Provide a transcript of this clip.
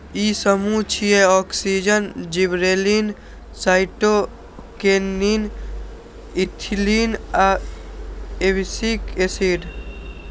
ई समूह छियै, auxin, gibberellin, cytokinin, ethylene आ एब्सिसिक एसिड